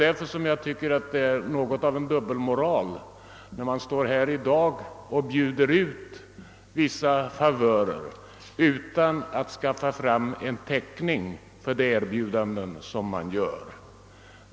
Därför tycker jag att det är något av en dubbelmoral när man i dag bjuder ut vissa favörer utan att ge anvisning på någon täckning för de erbjudanden som man gör.